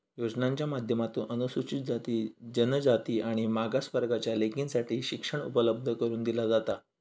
योजनांच्या माध्यमातून अनुसूचित जाती, जनजाति आणि मागास वर्गाच्या लेकींसाठी शिक्षण उपलब्ध करून दिला जाता